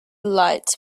light